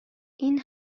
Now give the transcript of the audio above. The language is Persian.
این